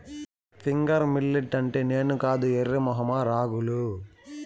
finger millet అంటే నేను కాదు ఎర్రి మొఖమా రాగులు